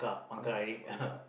Angkat angkat